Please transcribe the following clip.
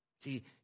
See